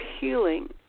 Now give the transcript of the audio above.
healing